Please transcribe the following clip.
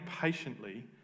patiently